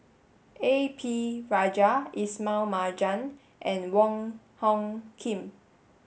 A P Rajah Ismail Marjan and Wong Hung Khim